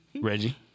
Reggie